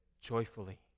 joyfully